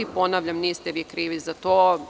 Ponavljam, niste vi krivi za to.